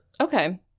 Okay